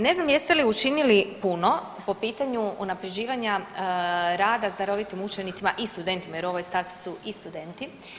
Ne znam jeste li učinili puno po pitanju unaprjeđivanja rada s darovitim učenicima i studentima jer u ovoj stavci su i studenti.